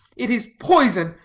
it is poison,